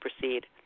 proceed